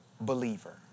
believer